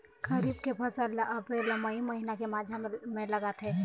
खरीफ के फसल ला अप्रैल अऊ मई महीना के माझा म लगाथे